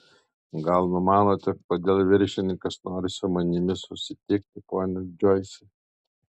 gal numanote kodėl viršininkas nori su manimi susitikti pone džoisai